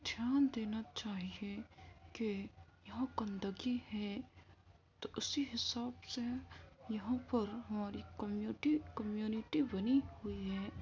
دھیان دینا چاہیے کہ یہاں گندگی ہے تو اسی حساب سے یہاں پر ہماری کمیوٹی کمیونیٹی بنی ہوئی ہیں